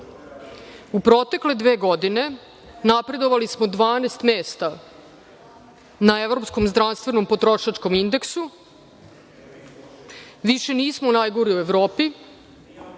U protekle dve godine napredovali smo 12 mesta na evropskom zdravstvenom potrošačkom indeksu, više nismo najgori u Evropi